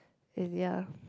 and ya